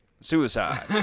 suicide